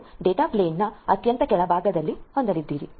ನೀವು data plane ಅನ್ನು ಅತ್ಯಂತ ಕೆಳಭಾಗದಲ್ಲಿ ಹೊಂದಲಿದ್ದೀರಿ